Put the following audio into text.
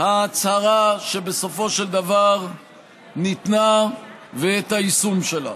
ההצהרה שבסופו של דבר ניתנה ואת היישום שלה,